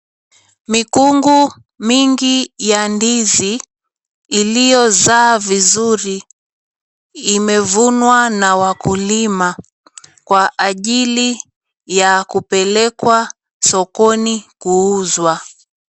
Mikungu mingi ya ndizi iliyozaa vizuri imevunwa na wakulima kwa ajili ya kupelekwa sokoni kuuzwa.